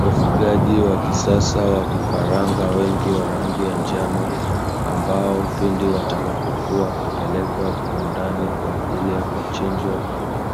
Ufugaji wa kisasa wa vifaranga wengi wa rangi ya njano, ambapo kipindi watakapokua watapelekwa viwandani kwa ajili ya kuchinjwa